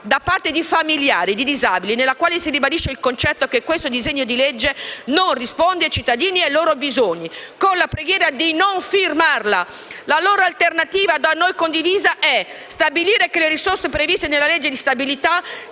da parte di familiari di disabili, nella quale si ribadisce il concetto che questo disegno di legge non risponde ai cittadini e ai loro bisogni, con la preghiera di non firmarlo. La loro alternativa, da noi condivisa, è stabilire che le risorse previste nella legge di stabilità